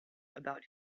about